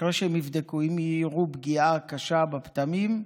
אחרי שהם יבדקו, אם הם יראו פגיעה קשה בפטמים.